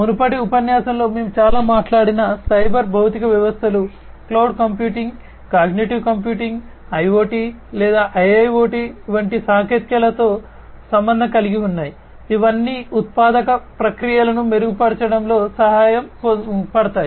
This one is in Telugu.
మునుపటి ఉపన్యాసంలో మేము చాలా మాట్లాడిన సైబర్ భౌతిక వ్యవస్థలు cloud computing cognitive computing IoT లేదా IIoT వంటి సాంకేతికతలతో సంబంధం కలిగి ఉన్నాయి ఇవన్నీ ఉత్పాదక ప్రక్రియలను మెరుగ్గా చేయడంలో సహాయపడతాయి